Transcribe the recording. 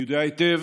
אני יודע היטב